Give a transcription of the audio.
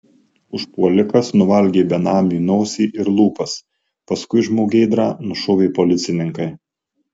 užpuolikas nuvalgė benamiui nosį ir lūpas paskui žmogėdrą nušovė policininkai